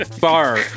bar